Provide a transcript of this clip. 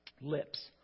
lips